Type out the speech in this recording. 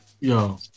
yo